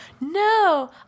no